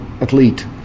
athlete